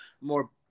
more